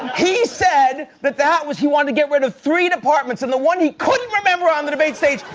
he said that that was he wanted to get rid of three departments, and the one he couldn't remember on the debate stage,